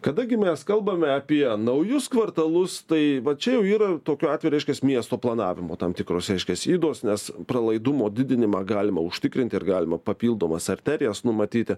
kada gi mes kalbame apie naujus kvartalus tai va čia jau yra tokiu atveju reiškias miesto planavimo tam tikros reiškias ydos nes pralaidumo didinimą galima užtikrint ir galima papildomas arterijas numatyti